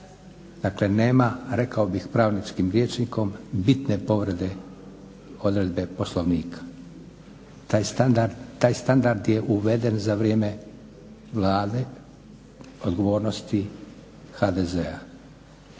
Dakle, nema rekao bih pravničkim rječnikom bitne povrede odredbe Poslovnika. Taj standard je uveden za vrijeme vlade odgovornosti HDZ-a.